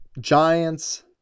Giants